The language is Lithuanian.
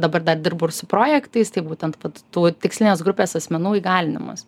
dabar dar dirbu ir su projektais tai būtent vat tų tikslinės grupės asmenų įgalinimas